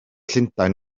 llundain